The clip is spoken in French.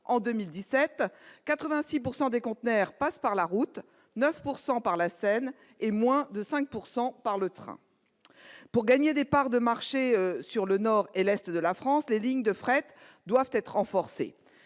quelque 86 % des conteneurs passent par la route, 9 % par la Seine et moins de 5 % par le train. Pour gagner des parts de marchés sur le nord et l'est de la France, les lignes de fret doivent être renforcées.